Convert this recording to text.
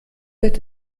wird